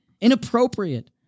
inappropriate